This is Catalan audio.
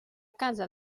casa